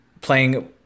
playing